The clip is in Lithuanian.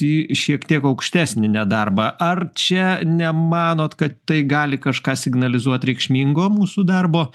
į šiek tiek aukštesnį nedarbą ar čia nemanot kad tai gali kažką signalizuot reikšmingo mūsų darbo